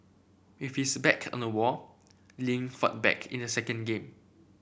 if his back on the wall Lin fought back in the second game